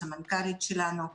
הסמנכ"לית שלנו,